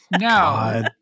No